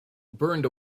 burned